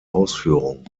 ausführung